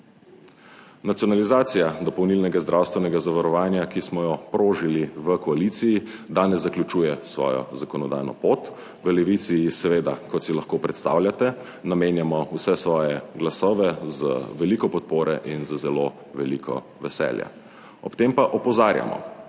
Nacionalizacija dopolnilnega zdravstvenega zavarovanja, ki smo jo prožili v koaliciji danes zaključuje svojo zakonodajno pot. V Levici seveda, kot si lahko predstavljate, namenjamo vse svoje glasove z veliko podpore in z zelo veliko veselja. Ob tem pa opozarjamo,